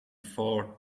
four